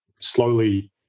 slowly